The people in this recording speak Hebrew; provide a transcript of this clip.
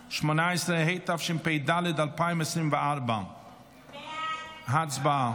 18), התשפ"ד 2024. הצבעה.